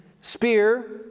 spear